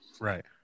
right